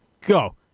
go